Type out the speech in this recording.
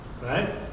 Right